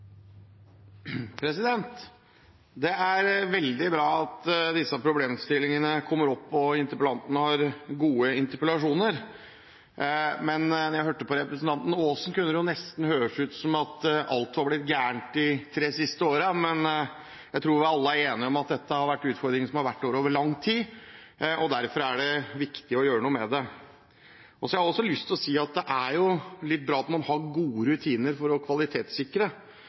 er gode interpellasjoner, men når en hører på representanten Aasen, kan det nesten høres ut som om alt er blitt gærent de tre siste årene. Jeg tror vi alle er enige om at dette er utfordringer som har vært der over lang tid, og derfor er det viktig å gjøre noe med det. Så vil jeg også si at det er bra at man har gode kvalitetssikringsrutiner for å